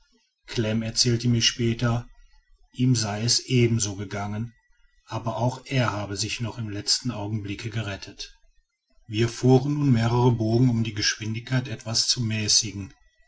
klem erzählte mir später ihm sei es ebenso gegangen aber auch er habe sich noch im letzten augenblicke gerettet wir fuhren nun mehrere bogen um die geschwindigkeit etwas zu mäßigen